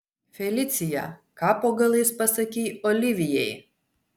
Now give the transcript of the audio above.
felicija ką po galais pasakei olivijai